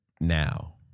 Now